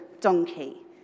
donkey